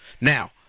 Now